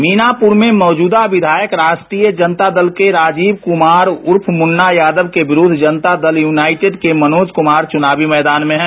मीनापुर में मौजूदा विधायक राष्ट्रीय जनता दल के राजीव कुमार उर्फ मुन्ना यादव के विरुद्ध जनता दल यूनाइटेड के मनोज कुमार चुनावी मैदान में हैं